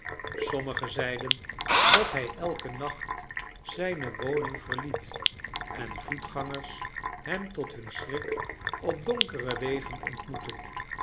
sommigen zeiden dat hij elken nacht zijne woning verliet en voetgangers hem tot hun schrik op donkere wegen ontmoetten